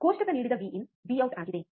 ಕೋಷ್ಟಕ ನೀಡಿದ V in V out ಆಗಿದೆ